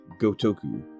Gotoku